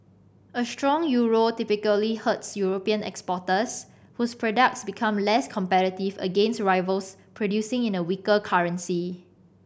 a strong euro typically hurts European exporters whose products become less competitive against rivals producing in a weaker currency